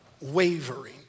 wavering